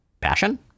Passion